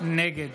נגד